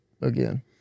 again